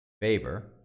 favor